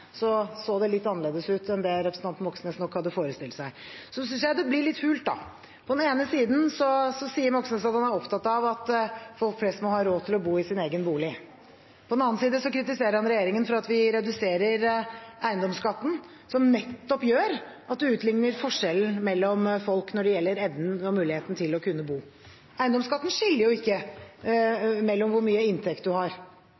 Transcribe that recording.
så det litt annerledes ut enn det representanten Moxnes nok hadde forestilt seg. Jeg synes det blir litt hult. På den ene siden sier Moxnes at han er opptatt av at folk flest må ha råd til å bo i sin egen bolig. På den andre siden kritiserer han regjeringen for at vi reduserer eiendomsskatten, som nettopp gjør at man utligner forskjellen mellom folk når det gjelder evnen og muligheten til å kunne bo. Eiendomsskatten tar jo ikke hensyn til hvor mye inntekt man har,